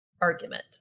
argument